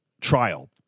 trial